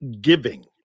giving